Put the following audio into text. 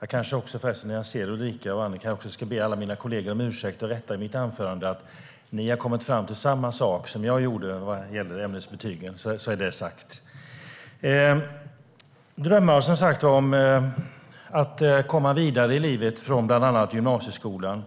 Förresten, nu när jag ser mina kollegor Ulrika Carlsson och Annika Eclund kanske jag ska be dem om ursäkt och rätta det jag sa i mitt anförande. Ni har kommit fram till samma sak som jag när det gäller ämnesbetygen. Nu är det sagt. Elever har drömmar om att komma vidare i livet från bland annat gymnasieskolan.